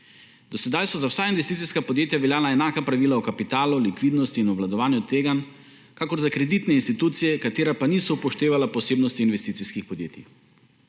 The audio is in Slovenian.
Do sedaj so za vsa investicijska podjetja veljala enaka pravila o kapitalu, likvidnosti in obvladovanju tveganj kakor za kreditne institucije, katera pa niso upoštevala posebnosti investicijskih podjetij.